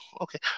Okay